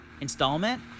installment